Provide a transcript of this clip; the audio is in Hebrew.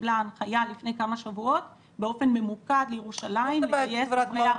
קיבלה הנחיה לפני כמה שבועות באופן ממוקד לירושלים לגייס דוברי ערבית.